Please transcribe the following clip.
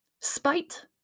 spite